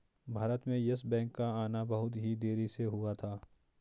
भारत में Yes Bank का आना बहुत ही देरी से हुआ था